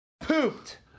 pooped